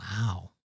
Wow